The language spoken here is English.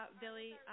Billy